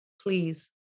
please